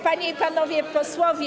Panie i Panowie Posłowie!